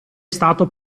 stato